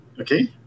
Okay